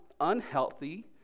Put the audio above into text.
unhealthy